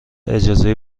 اجازه